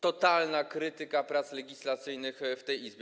Totalna krytyka prac legislacyjnych w tej Izbie.